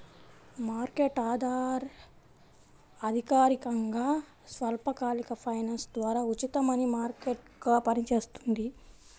market అధికారికంగా స్వల్పకాలిక finance ద్వారా ఉచిత మనీ మార్కెట్గా పనిచేస్తుంది